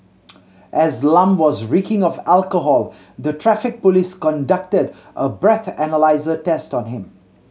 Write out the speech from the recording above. as Lam was reeking of alcohol the Traffic Police conducted a breathalyser test on him